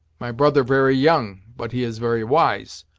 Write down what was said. my brother very young but he is very wise.